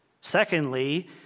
Secondly